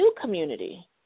community